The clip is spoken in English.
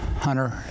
Hunter